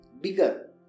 bigger